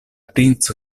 princo